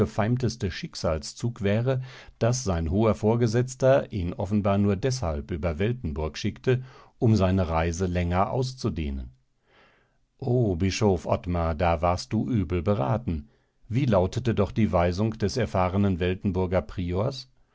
abgefeimteste schicksalszug wäre daß sein hoher vorgesetzter ihn offenbar nur deshalb über weltenburg schickte um seine reise länger auszudehnen o bischof ottmar da warst du übel beraten wie lautete doch die weisung des erfahrenen weltenburger priors